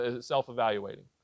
self-evaluating